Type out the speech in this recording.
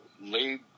laid